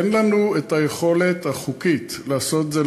אין לנו היכולת החוקית לעשות את זה,